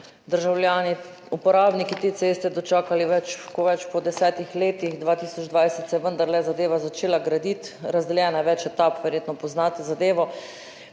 državljani, uporabniki te ceste dočakali po več kot desetih letih, 2020 se je vendarle zadeva začela graditi. Razdeljena je na več etap, verjetno poznate zadevo,